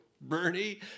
Bernie